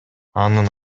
анын